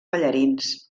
ballarins